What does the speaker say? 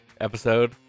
episode